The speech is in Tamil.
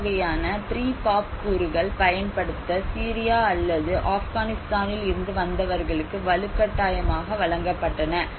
இந்த வகையான ப்ரீபாப் கூறுகள் பயன்படுத்த சிரியா அல்லது ஆப்கானிஸ்தானில் இருந்து வந்தவர்களுக்கு வலுக்கட்டாயமாக வழங்கப்பட்டன